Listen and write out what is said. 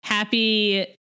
Happy